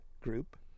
Group